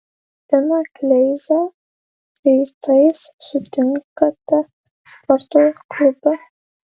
liną kleizą rytais sutinkate sporto klube